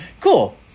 cool